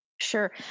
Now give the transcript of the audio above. Sure